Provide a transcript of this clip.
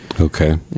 Okay